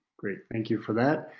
great. thank you for that.